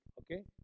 okay